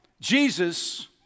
Jesus